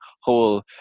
whole